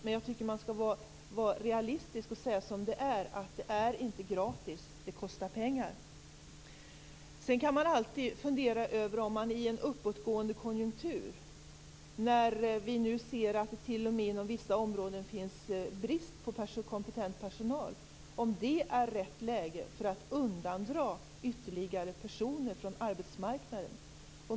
Men jag tycker att man skall vara realistisk och säga som det är. Det är inte gratis, det kostar pengar. Man kan alltid fundera över om det i en uppåtgående konjunktur, när vi nu ser att det inom vissa områden t.o.m. finns brist på kompetent personal, är rätt läge att undandra ytterligare personer från arbetsmarknaden.